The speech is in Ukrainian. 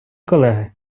колеги